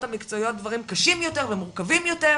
המקצועיות דברים קשים יותר ומורכבים יותר,